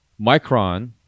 Micron